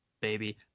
baby